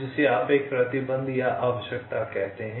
जिसे आप एक प्रतिबंध या आवश्यकता कहते हैं